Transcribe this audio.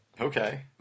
Okay